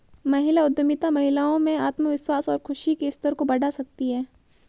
महिला उद्यमिता महिलाओं में आत्मविश्वास और खुशी के स्तर को बढ़ा सकती है